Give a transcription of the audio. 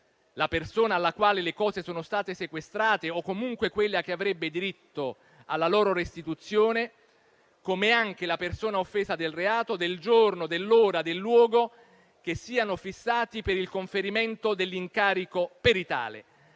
la persona alla quale le cose sono state sequestrate o comunque quella che avrebbe diritto alla loro restituzione, come anche la persona offesa del reato, del giorno, dell'ora e del luogo che siano fissati per il conferimento dell'incarico peritale.